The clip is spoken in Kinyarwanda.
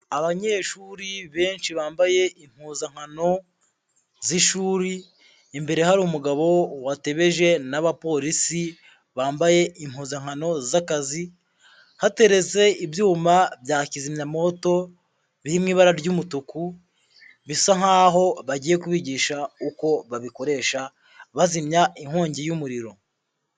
Abanyeshuri benshi bambaye impuzankano z'ishuri, imbere hari umugabo watebeje n'abapolisi bambaye impuzankano z'akazi, hateretse ibyuma bya kizimyamwoto birimo ibara ry'umutuku, bisa nk'aho bagiye kubigisha uko babikoresha bazimya inkongi y'umuriro.